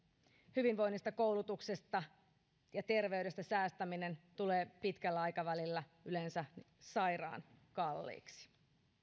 hyvinvoinnista koulutuksesta ja terveydestä säästäminen tulee pitkällä aikavälillä yleensä sairaan kalliiksi